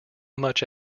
much